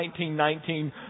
1919